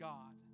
God